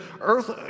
earth